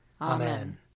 Amen